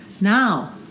Now